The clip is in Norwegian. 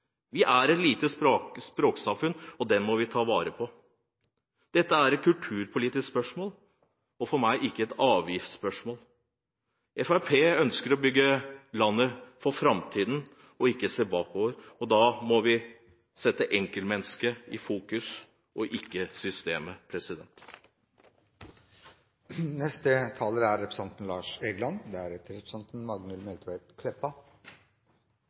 Vi er et lite språksamfunn, og det må vi ta vare på. Dette er for meg et kulturpolitisk spørsmål og ikke et avgiftsspørsmål. Fremskrittspartiet ønsker å bygge landet for framtiden og ikke se bakover. Da må vi fokusere på enkeltmennesket og ikke på systemet.